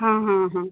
हां हां हां